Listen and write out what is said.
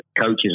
coaches